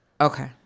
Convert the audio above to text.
Okay